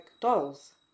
dolls